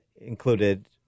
included